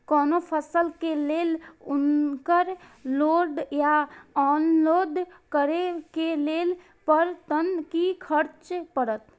कोनो फसल के लेल उनकर लोड या अनलोड करे के लेल पर टन कि खर्च परत?